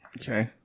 Okay